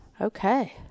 Okay